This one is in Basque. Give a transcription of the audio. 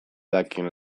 dakien